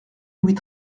louis